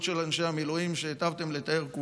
של אנשי המילואים שהיטבתם כולכם לתאר,